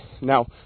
Now